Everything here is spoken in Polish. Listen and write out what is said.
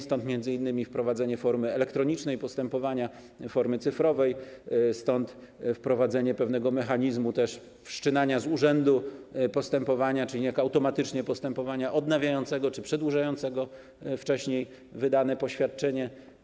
Stąd m.in. wprowadzenie formy elektronicznej postępowania, formy cyfrowej, stąd wprowadzenie pewnego mechanizmu wszczynania z urzędu, czyli niejako automatycznie, postępowania odnawiającego czy przedłużającego wcześniej wydane poświadczenie.